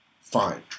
fine